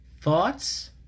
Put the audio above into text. thoughts